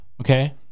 okay